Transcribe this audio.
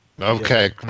Okay